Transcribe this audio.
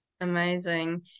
amazing